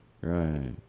Right